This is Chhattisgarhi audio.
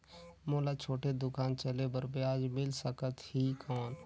मोला छोटे दुकान चले बर ब्याज मिल सकत ही कौन?